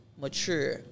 mature